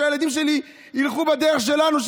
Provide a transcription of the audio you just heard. שהילדים שלי ילכו בדרך שלנו,